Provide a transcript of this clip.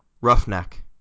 Roughneck